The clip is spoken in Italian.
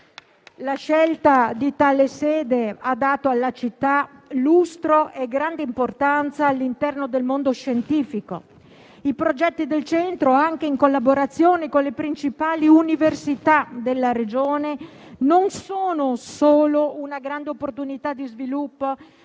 La scelta di tale sede ha dato alla città lustro e grande importanza all'interno del mondo scientifico. I progetti del Centro, in collaborazione con le principali università della Regione, non sono solo una grande opportunità di sviluppo